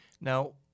Now